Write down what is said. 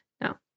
No